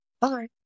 Bye